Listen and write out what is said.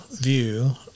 view